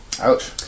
Ouch